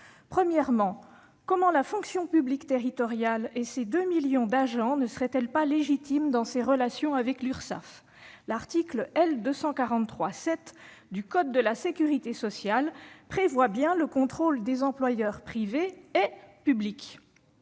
Premièrement, comment la fonction publique territoriale, avec ses 2 millions d'agents, ne serait-elle pas légitime dans ses relations avec l'Urssaf ? L'article L. 243-7 du code de la sécurité sociale prévoit bien le contrôle des employeurs privés et publics